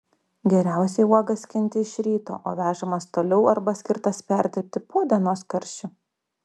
geriausiai uogas skinti iš ryto o vežamas toliau arba skirtas perdirbti po dienos karščių